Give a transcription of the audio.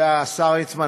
השר ליצמן,